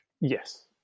Yes